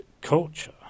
culture